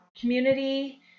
community